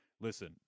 listen